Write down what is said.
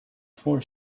four